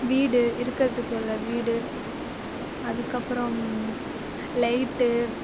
வீடு இருக்கறதுக்குள்ள வீடு அதுக்கப்புறம் லைட்டு